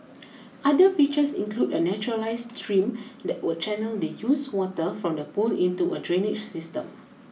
other features include a naturalised stream that will channel the used water from the pool into a drainage system